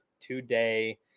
today